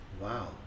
Wow